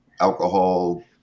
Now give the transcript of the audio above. alcohol